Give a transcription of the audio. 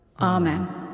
Amen